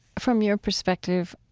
from your perspective,